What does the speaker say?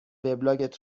وبلاگت